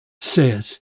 says